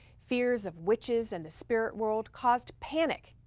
fears of witches and the spirit world caused panic.